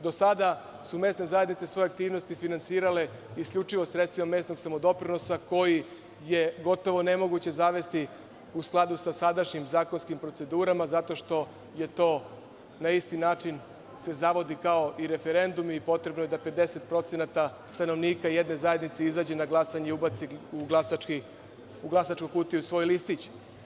Do sada su mesne zajednice svoje aktivnosti finansirale isključivo sredstvima mesnog samodoprinosa, koji je gotovo nemoguće zavesti u skladu sa sadašnjim zakonskim procedurama, zato što se to na isti način zavodi kao i referendum i potrebno je da 50% stanovnika jedne zajednice izađe na glasanje i ubaci u glasačku kutiju svoj listić.